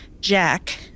Jack